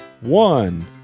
one